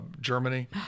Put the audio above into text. Germany